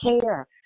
care